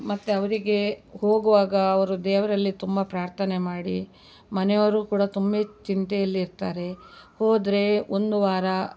ಮತ್ತೆ ಅವರಿಗೆ ಹೋಗುವಾಗ ಅವರು ದೇವರಲ್ಲಿ ತುಂಬ ಪ್ರಾರ್ಥನೆ ಮಾಡಿ ಮನೆಯವರು ಕೂಡ ತುಂಬ ಚಿಂತೆಯಲ್ಲಿ ಇರ್ತಾರೆ ಹೋದರೆ ಒಂದು ವಾರ